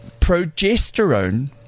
progesterone